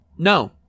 No